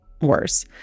worse